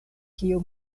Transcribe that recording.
kio